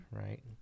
right